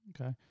Okay